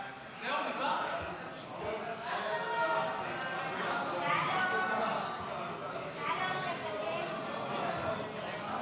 חוק רישום קבלנים לעבודות הנדסה בנאיות (תיקון מס'